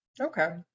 okay